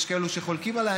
יש כאלה שחולקים עליי.